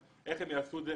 איך הם יעשו את זה,